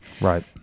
Right